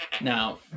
Now